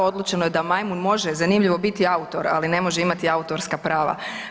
Odlučeno je da majmun može zanimljivo biti autor, ali ne može imati autorska prava.